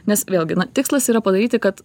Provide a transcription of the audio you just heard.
nes vėlgi na tikslas yra padaryti kad